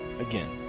again